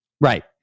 Right